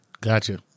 Gotcha